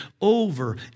over